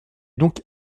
donc